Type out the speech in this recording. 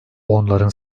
onların